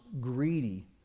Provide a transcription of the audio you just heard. greedy